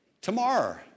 Tomorrow